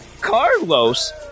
Carlos